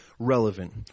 relevant